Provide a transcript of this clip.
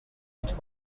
which